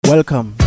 Welcome